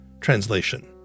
translation